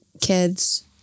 kids